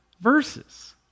verses